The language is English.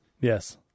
Yes